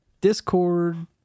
discord